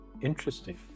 Interesting